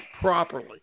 properly